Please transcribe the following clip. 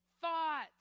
thought